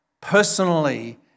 personally